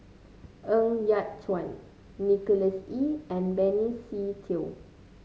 Ng Yat Chuan Nicholas Ee and Benny Se Teo